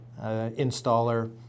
installer